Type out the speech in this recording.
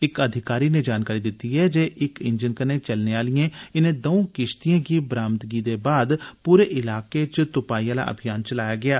इक अधिकारी नै जानकारी दिती ऐ जे इक इंजन कन्नै चलने आलियें इने दंऊ किश्तियें दी बरामदगी दे बाद पूरे इलाके च त्पाई आला अभियान चलाया गेया